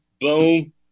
Boom